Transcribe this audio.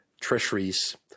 treasuries